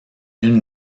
une